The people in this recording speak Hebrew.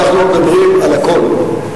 אנחנו מדברים על הכול.